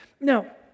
Now